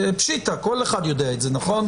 פשיטא כל אחד יודע את זה נכון?